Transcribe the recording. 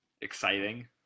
Exciting